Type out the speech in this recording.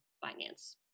finance